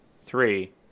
three